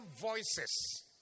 voices